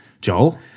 Joel